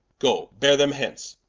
goe beare them hence,